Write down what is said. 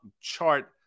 chart